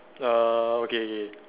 uh okay okay